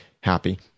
happy